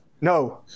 No